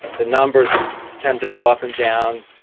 the numbers tend to go up and down,